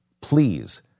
Please